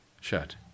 shut